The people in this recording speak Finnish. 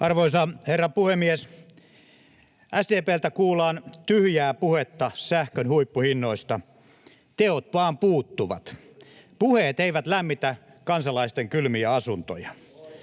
Arvoisa herra puhemies! SDP:ltä kuullaan tyhjää puhetta sähkön huippuhinnoista — teot vain puuttuvat. Puheet eivät lämmitä kansalaisten kylmiä asuntoja.